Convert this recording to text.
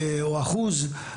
או אחוז,